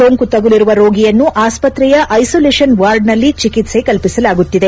ಸೋಂಕು ತಗಲಿರುವ ರೋಗಿಯನ್ನು ಆಸ್ಪತ್ರೆಯ ಐಸೋಲೇಷನ್ ವಾರ್ಡ್ನಲ್ಲಿ ಚಿಕಿತ್ವೆ ಕಲ್ಪಿಸಲಾಗುತ್ತಿದೆ